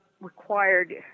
required